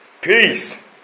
Peace